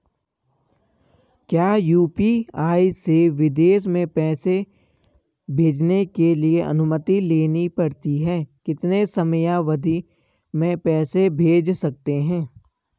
क्या यु.पी.आई से विदेश में पैसे भेजने के लिए अनुमति लेनी पड़ती है कितने समयावधि में पैसे भेज सकते हैं?